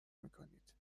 میکنید